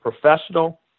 professional